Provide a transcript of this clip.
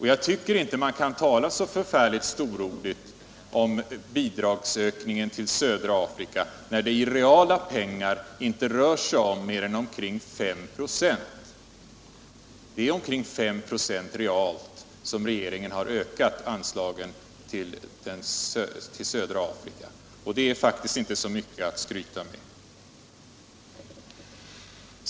Jag tycker inte att man kan tala så förfärligt storordigt om bidragsökningen till södra Afrika när det i reala pengar inte rör sig om mer än ca 5 6. Det är omkring 5 96 realt som regeringen har ökat anslagen till södra Afrika. Det är faktiskt inte så mycket att skryta med.